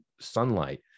sunlight